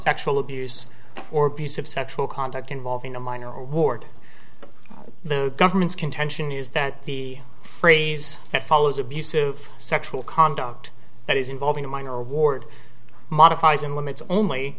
sexual abuse or piece of sexual conduct involving a minor award the government's contention is that the phrase that follows abusive sexual conduct that is involving a minor award modifies and limits only